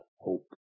hope